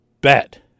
bet